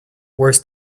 worse